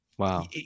Wow